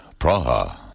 Praha